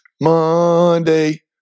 Monday